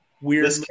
Weird